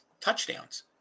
touchdowns